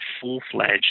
full-fledged